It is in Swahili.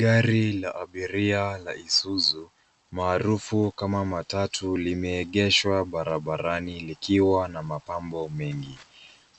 Gari la abiria la Isuzu, maarufu kama matatu limeegeshwa barabarani likiwa na mapambo mengi.